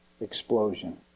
explosion